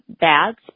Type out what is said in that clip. bags